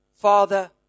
Father